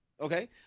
Okay